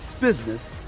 business